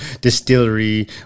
Distillery